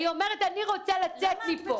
היא אומרת: אני רוצה לצאת מפה.